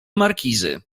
markizy